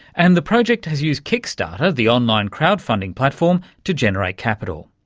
and the project has used kickstarter, the online crowd-funding platform, to generate capital.